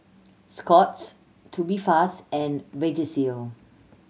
Scott's Tubifast and Vagisil